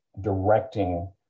directing